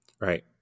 right